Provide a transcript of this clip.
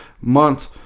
month